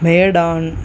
மேடான்